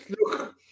Look